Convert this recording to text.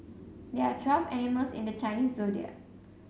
there are twelve animals in the Chinese Zodiac